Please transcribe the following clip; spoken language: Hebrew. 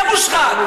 זה מושחת.